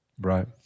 Right